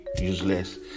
useless